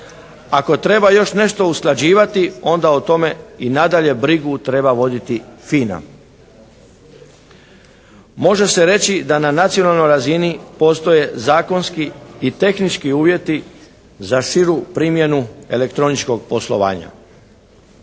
Ako treba još nešto usklađivati, onda o tome i nadalje brigu treba voditi FINA. Može se reći da na nacionalnoj razini postoje zakonski i tehnički uvjeti za širu primjenu elektroničkog poslovanja.